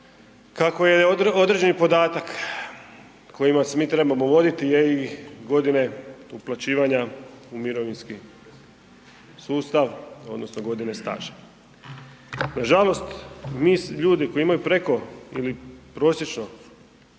kako je određeni podatak kojima se mi trebamo voditi je i godine uplaćivanja u mirovinski sustav odnosno godine staža. Nažalost, mi ljudi koji imaju preko ili prosječno